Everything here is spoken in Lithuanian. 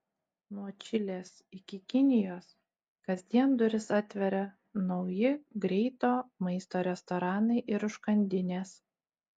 nuo čilės iki kinijos kasdien duris atveria nauji greito maisto restoranai ir užkandinės